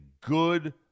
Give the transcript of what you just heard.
good